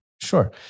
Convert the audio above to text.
Sure